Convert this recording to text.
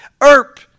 Erp